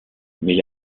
mais